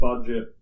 budget